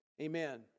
amen